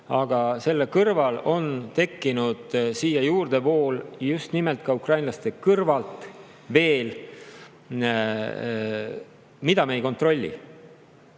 aga selle kõrval on tekkinud siia veel juurdevool, just nimelt ukrainlaste kõrval, mida me ei kontrolli.